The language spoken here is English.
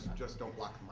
just don't block